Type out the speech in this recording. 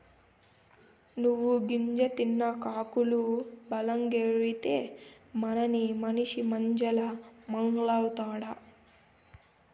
నువ్వు గింజ తిన్న కాకులు బలంగెగిరితే, తినని మనిసి మంచంల మూల్గతండా